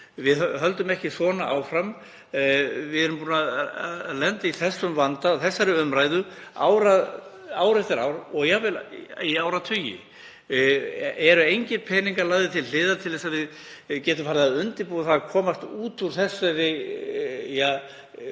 Við höldum ekki svona áfram. Við erum búin að lenda í þessum vanda, þessari umræðu, ár eftir ár og jafnvel í áratugi. Eru engir peningar lagðir til hliðar til þess að við getum farið að undirbúa að komast út úr þessum vítahring